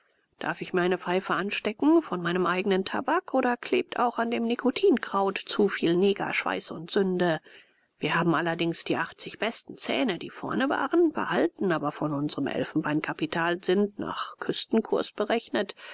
darf ich mir eine pfeife anstecken von meinem eignen tabak oder klebt auch an dem nikotinkraut zu viel niggerschweiß und sünde wir haben allerdings die achtzig besten zähne die vorne waren behalten aber von unsrem elfenbeinkapital sind nach küstenkurs berechnet